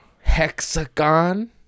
Hexagon